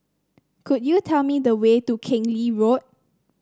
could you tell me the way to Keng Lee Road